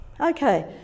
Okay